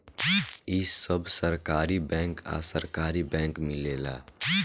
इ सब सहकारी बैंक आ सरकारी बैंक मिलेला